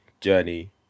journey